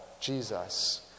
Jesus